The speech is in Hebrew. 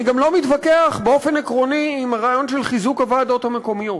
אני גם לא מתווכח באופן עקרוני עם הרעיון של חיזוק הוועדות המקומיות.